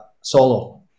solo